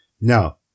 Now